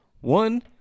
one